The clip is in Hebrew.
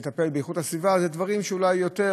לטפל באיכות הסביבה אלה דברים שאולי יותר,